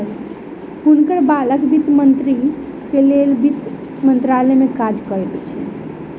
हुनकर बालक वित्त मंत्रीक लेल वित्त मंत्रालय में काज करैत छैथ